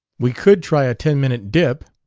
we could try a ten-minute dip.